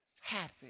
happy